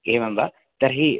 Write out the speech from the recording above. एवं वा तर्हि